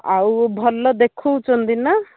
ଆଉ ଭଲ ଦେଖାଉଛନ୍ତି ନା